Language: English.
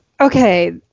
Okay